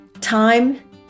Time